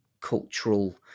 cultural